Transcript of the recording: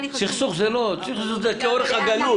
סכסוך זה לא, זה כאורך הגלות.